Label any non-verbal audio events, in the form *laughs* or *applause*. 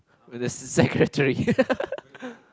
when there's a secretary *laughs*